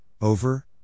over